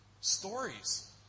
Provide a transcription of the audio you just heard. Stories